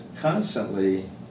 constantly